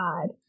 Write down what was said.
God